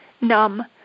numb